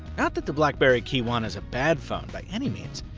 not that the blackberry keyone is a bad phone by any means,